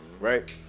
right